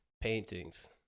Paintings